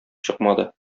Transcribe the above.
чыкмады